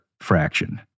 fraction